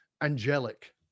angelic